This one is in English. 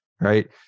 right